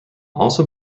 also